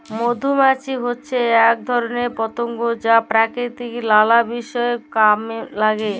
মধুমাছি হচ্যে এক ধরণের পতঙ্গ যা প্রকৃতির লালা বিষয় কামে লাগে